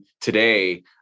today